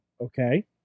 Okay